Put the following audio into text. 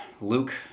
Luke